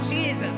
Jesus